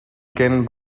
ken